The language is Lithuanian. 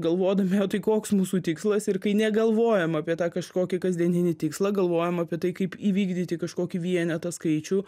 galvodami o tai koks mūsų tikslas ir kai negalvojam apie tą kažkokį kasdieninį tikslą galvojam apie tai kaip įvykdyti kažkokį vienetą skaičių